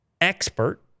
expert